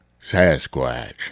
Sasquatch